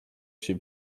chce